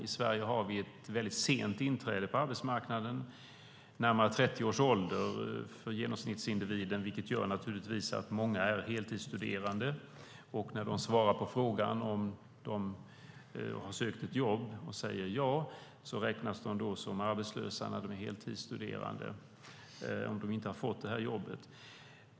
I Sverige har vi ett väldigt sent inträde på arbetsmarknaden. Det sker vid närmare 30 års ålder för genomsnittsindividen. Det gör naturligtvis att många är heltidsstuderande. När de svarar ja på frågan om de har sökt ett jobb räknas de som arbetslösa när de är heltidsstuderande, om de inte har fått det här jobbet.